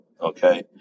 Okay